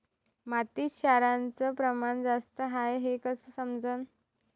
मातीत क्षाराचं प्रमान जास्त हाये हे कस समजन?